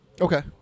Okay